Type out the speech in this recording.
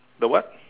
the what